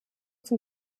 zum